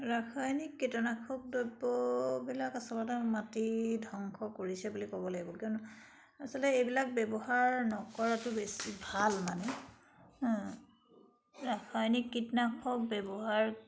ৰাসায়নিক কীটনাশক দ্ৰব্যবিলাক আচলতে মাটি ধ্বংস কৰিছে বুলি ক'ব লাগিব কিয়নো আচলতে এইবিলাক ব্যৱহাৰ নকৰাতো বেছি ভাল মানে ৰাসায়নিক কীটনাশক ব্যৱহাৰ